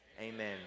amen